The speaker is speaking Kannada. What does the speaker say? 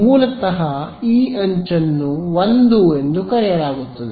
ಮೂಲತಃ ಈ ಅಂಚನ್ನು 1 ಎಂದು ಕರೆಯಲಾಗುತ್ತದೆ